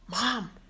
Mom